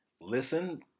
listen